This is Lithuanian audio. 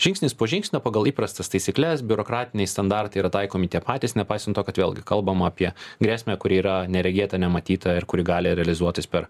žingsnis po žingsnio pagal įprastas taisykles biurokratiniai standartai yra taikomi tie patys nepaisant to kad vėlgi kalbam apie grėsmę kuri yra neregėta nematyta ir kuri gali realizuotis per